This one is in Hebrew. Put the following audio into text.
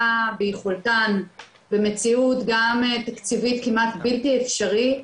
ביכולתן במציאות גם תקציבית כמעט בלתי אפשרית,